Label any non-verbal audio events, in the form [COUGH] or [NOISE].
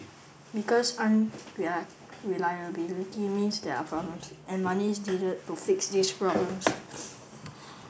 because an [UNINTELLIGIBLE] reliability means there are problems and money is needed to fix these problems